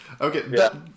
Okay